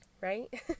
right